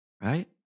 right